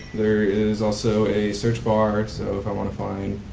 there is also a search bar so if i want to find